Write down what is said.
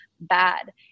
bad